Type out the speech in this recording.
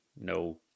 no